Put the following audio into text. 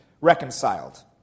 reconciled